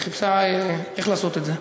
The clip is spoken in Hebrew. אז היא חיפשה איך לעשות את זה.